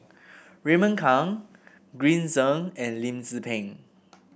Raymond Kang Green Zeng and Lim Tze Peng